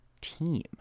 team